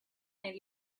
nel